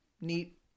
neat